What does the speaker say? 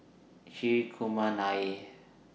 Hri Kumar Nair